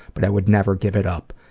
but i would never give it up,